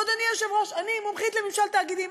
עכשיו, אדוני היושב-ראש, אני מומחית לממשל תאגידי.